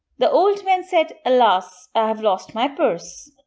the old man said, alas! i have lost my purse.